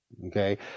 Okay